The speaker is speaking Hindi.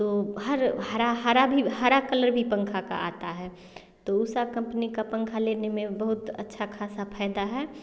तो हर हरा हरा भी हरा कलर भी पंखे का आता है तो उषा कम्पनी का पंखा लेने में बहुत अच्छा ख़ासा फ़ायदा है